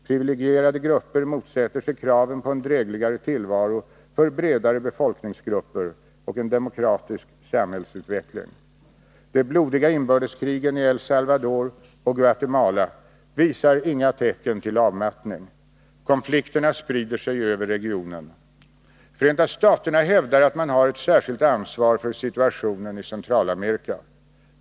Privilegierade grupper motsätter sig kraven på en drägligare tillvaro för bredare befolkningsgrupper och en demokratisk samhällsutveckling. De blodiga inbördeskrigen i El Salvador och Guatemala visar inga tecken till avmattning. Konflikterna sprider sig över regionen. Förenta staterna hävdar att man har ett särskilt ansvar för situationen i Centralamerika.